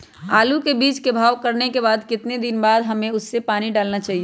आलू के बीज के भाव करने के बाद कितने दिन बाद हमें उसने पानी डाला चाहिए?